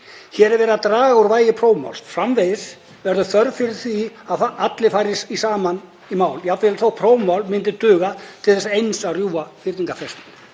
Hér er verið að draga úr vægi prófmáls. Framvegis verður þörf fyrir að allir fari saman í mál jafnvel þótt prófmál myndi duga til þess eins að rjúfa fyrningarfrestinn.